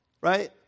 right